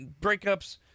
breakups